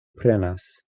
prenas